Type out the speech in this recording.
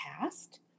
past